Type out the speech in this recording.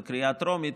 בקריאה טרומית,